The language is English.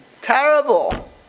Terrible